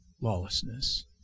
lawlessness